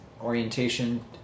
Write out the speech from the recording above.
orientation